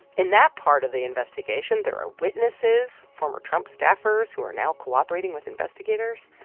in that part of the investigation, there are witnesses, former trump staffers, who are now cooperating with investigators.